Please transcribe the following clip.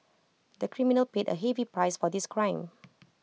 the criminal paid A heavy price for this crime